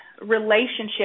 relationship